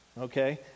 okay